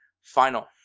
final